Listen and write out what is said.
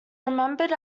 remembered